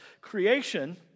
creation